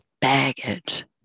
baggage